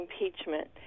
impeachment